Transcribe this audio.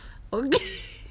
okay